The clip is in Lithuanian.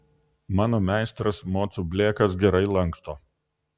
mano meistras mocų blėkas gerai lanksto